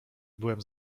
byłem